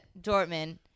Dortmund